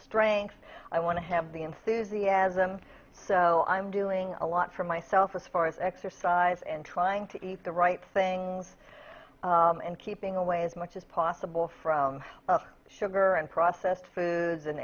strength i want to have the enthusiasm so i'm doing a lot for myself as far as exercise and trying to eat the right things and keeping away as much as possible from sugar and processed foods and